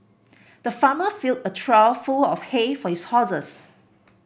the farmer filled a trough full of hay for his horses